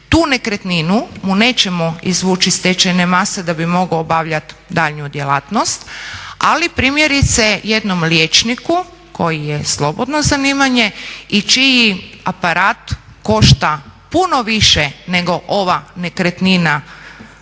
Tu nekretninu mu nećemo izvući iz stečajne mase da bi mogao obavljati daljnju djelatnost ali primjerice jednom liječniku koji je slobodno zanimanje i čiji aparat košta puno više nego ova nekretnina s kojom